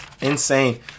Insane